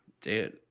dude